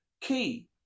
key